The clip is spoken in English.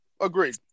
Agreed